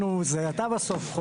אתה חותם בסוף.